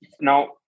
Now